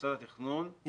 שמוסד התכנון יתכנס.